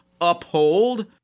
uphold